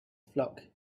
flock